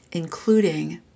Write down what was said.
including